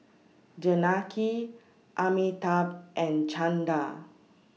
Janaki Amitabh and Chanda